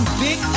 big